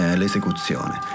l'esecuzione